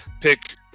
pick